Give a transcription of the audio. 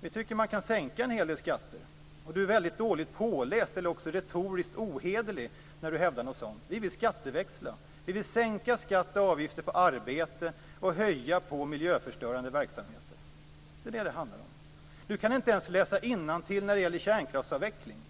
Vi tycker att man kan sänka en hel del skatter. Lars Leijonborg är väldigt dåligt påläst eller retoriskt ohederlig när han hävdar något sådant. Vi vill skatteväxla. Vi vill sänka skatter och avgifter på arbete och höja dem på miljöförstörande verksamheter. Det är detta som det handlar om. Lars Leijonborg kan inte ens läsa innantill när det gäller kärnkraftsavvecklingen.